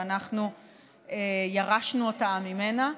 ואנחנו ירשנו אותה ממנה,